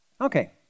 Okay